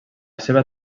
seva